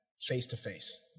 face-to-face